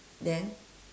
then